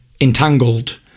entangled